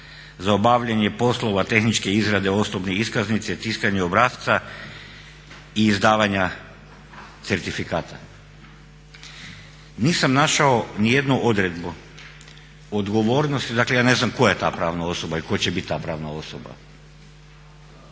za obavljanje poslova tehničke izrade osobne iskaznice, tiskanje obrasca i izdavanja certifikata. Nisam našao nijednu odredbu odgovornost, dakle ja ne znam tko je ta pravna osoba i tko će biti ta pravna osoba?